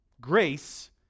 Grace